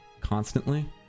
constantly